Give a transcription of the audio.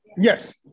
Yes